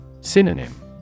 Synonym